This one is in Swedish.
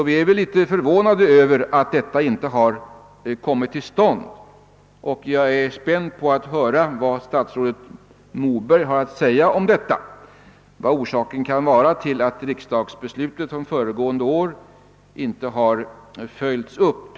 Vi är förvånade över att den inte har kommit till stånd, och jag är spänd på att höra vad statsrådet Moberg kan ha att säga om orsaken till att riksdagsbeslutet från föregående år ännu inte har följts upp.